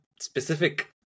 Specific